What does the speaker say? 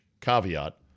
caveat